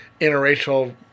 interracial